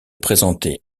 présenter